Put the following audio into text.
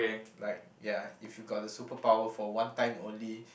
like ya if you got the super power for one time only